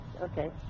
Okay